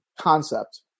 concept